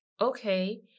Okay